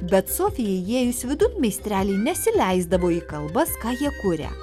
bet sofijai įėjus vidun meistreliai nesileisdavo į kalbas ką jie kuria